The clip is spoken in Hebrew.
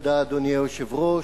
אדוני היושב-ראש,